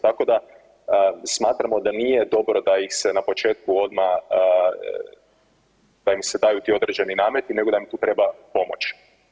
Tako da smatramo da nije dobro da ih se na početku odmah, da im se daju ti određeni nameti nego da im tu treba pomoći.